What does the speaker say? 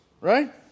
Right